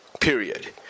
period